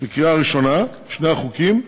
בקריאה ראשונה, שני החוקים,